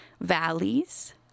valleys